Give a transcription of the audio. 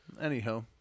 Anyhow